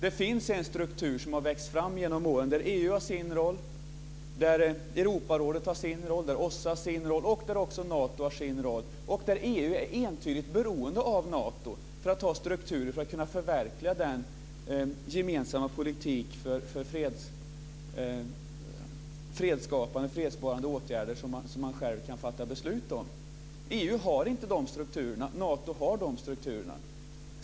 Det finns en struktur som har växt fram under åren, där EU har sin roll, Europarådet har sin roll, OSSE har sin roll och Nato har sin roll. EU är också entydigt beroende av Nato för att ha strukturer för att kunna förverkliga den gemensamma politik för fredsskapande, fredsbevarande åtgärder som man själv kan fatta beslut om. EU har inte de strukturerna, men Nato har de strukturerna.